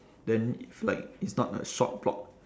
then if like it's not a short block